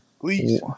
Please